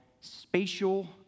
spatial